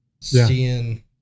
seeing